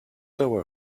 lower